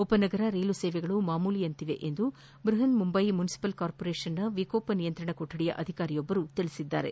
ಉಪನಗರ ರೈಲು ಸೇವೆಗಳು ಮಾಮೂಲಿಯಂತಿವೆ ಎಂದು ಬೃಹನ್ ಮುಂಬೈ ಮುನ್ಲಿಪಾಲ್ ಕಾರ್ಪೋರೇಷನ್ನ ವಿಕೋಪ ನಿಯಂತ್ರಣ ಕೊಠಡಿಯ ಅಧಿಕಾರಿಯೊಬ್ಬರು ತಿಳಿಸಿದ್ದಾರೆ